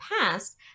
past